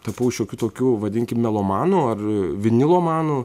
tapau šiokiu tokiu vadinkim melomanu ar vinilomanu